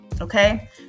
okay